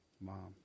mom